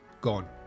gone